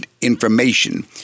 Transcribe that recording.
information